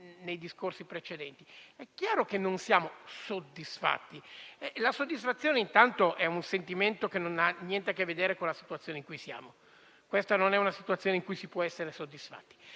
nei discorsi precedenti. È chiaro che non siamo soddisfatti. Anzitutto la soddisfazione è un sentimento che non ha niente a che vedere con la situazione in cui siamo, perché questa non è una situazione in cui si può essere soddisfatti.